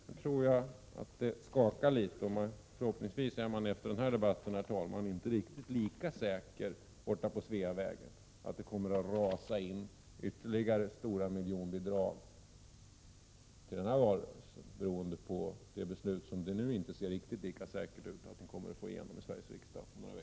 Men jag tror att man borta på Sveavägen efter den här debatten blir litet skakad och förhoppningsvis inte längre är lika säker på att det kommer att rasa in ytterligare stora miljonbidrag till valrörelsen — detta beroende på att det inte är lika säkert som tidigare att ni kommer att få igenom ert förslag i Sveriges riksdag.